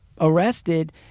arrested